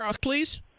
Please